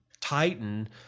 titan